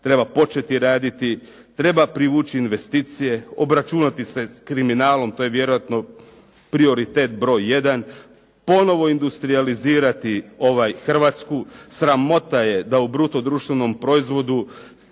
treba početi raditi, treba privući investicije, obračunati se s kriminalom, to je vjerojatno prioritet broj jedan, ponovno industrijalizirati Hrvatsku. Sramota je da u bruto društvenom proizvodu,